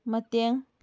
ꯃꯇꯦꯡ